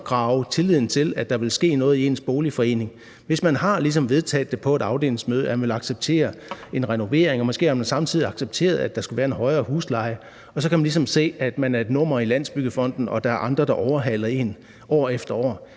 at undergrave tilliden til, at der vil ske noget i ens boligforening. Hvis man ligesom har vedtaget på et afdelingsmøde, at man vil acceptere en renovering, og man måske samtidig har accepteret, at der skal være en højere husleje, og at man så ligesom kan se, at man er et nummer i Landsbyggefonden, og at der er andre, der overhaler en år efter år,